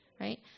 right